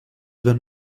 been